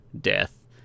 death